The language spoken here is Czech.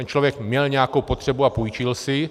Ten člověk měl nějakou potřebu a půjčil si.